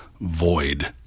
void